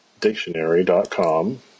Dictionary.com